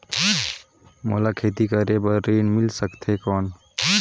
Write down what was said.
मोला खेती करे बार ऋण मिल सकथे कौन?